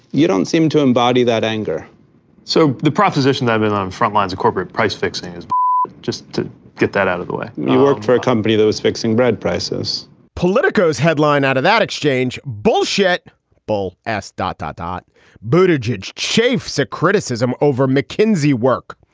you don't seem to embody that anger so the proposition i'm in on frontline's corporate price fixing is but just to get that out of the way you worked for a company that was fixing bread prices politico's headline out of that exchange bullshit bull asked. dot, dot, dot boobage chafes at criticism over mckinsey work.